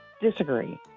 disagree